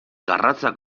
garratzak